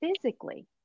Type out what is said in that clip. physically